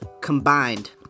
combined